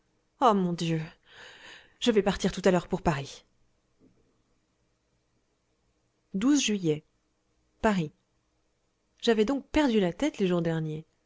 ah mon dieu je vais partir tout à l'heure pour paris juillet paris j'avais donc perdu la tête les jours derniers